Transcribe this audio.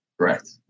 Correct